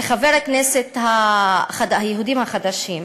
שלחברי הכנסת היהודים, החדשים